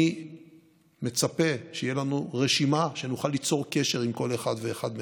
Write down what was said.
אני מצפה שתהיה לנו רשימה שנוכל ליצור קשר עם כל אחד ואחד מהם.